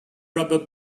rubber